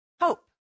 Hope